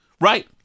right